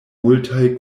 multaj